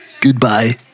Goodbye